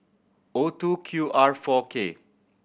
O two Q R four K